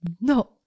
No